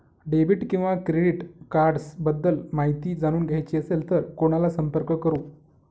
Debit किंवा credit cards बद्दल माहिती जाणून घ्यायची असेल तर कोणाला संपर्क करु?